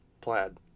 Plaid